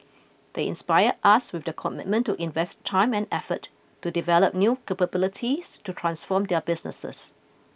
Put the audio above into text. they inspire us with their commitment to invest time and effort to develop new capabilities to transform their businesses